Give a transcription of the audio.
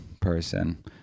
person